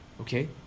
Okay